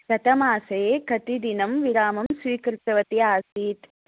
गतमासे कतिदिनं विरामं स्वीकृतवती आसीत्